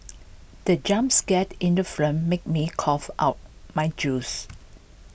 the jump scared in the film made me cough out my juice